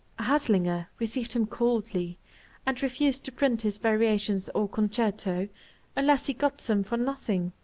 haslinger received him coldly and refused to print his variations or concerto unless he got them for nothing.